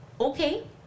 okay